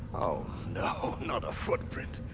oh no, not a footprint.